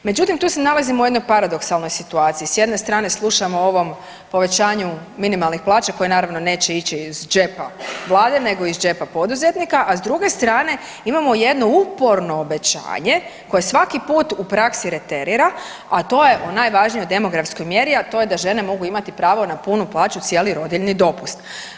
Međutim, tu se nalazimo u jednoj paradoksalnoj situaciji, s jedne strane slušamo o ovom povećanju minimalnih plaća koje naravno neće ići iz džepa vlade nego iz džepa poduzetnika, a s druge strane imamo jedno uporno obećanje koje svaki put u praksi reterira, a to je o najvažnijoj demografskoj mjeri, a to je da žene mogu imati pravo na punu plaću cijeli rodiljni dopust.